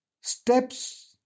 steps